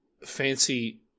fancy